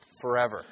forever